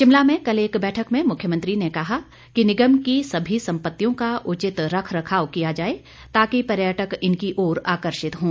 शिमला मेंएक बैठक में कल मुख्यमंत्री ने कहा कि निगम की सभी सम्पतियों का उचित रख रखाव किया जाए ताकि पर्यटक इनकी ओर आकर्षित हों